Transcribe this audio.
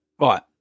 Right